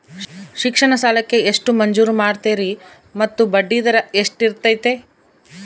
ಶಿಕ್ಷಣ ಸಾಲಕ್ಕೆ ಎಷ್ಟು ಮಂಜೂರು ಮಾಡ್ತೇರಿ ಮತ್ತು ಬಡ್ಡಿದರ ಎಷ್ಟಿರ್ತೈತೆ?